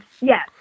yes